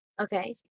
Okay